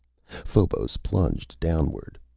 phobos plunged downward.